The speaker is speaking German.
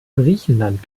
griechenland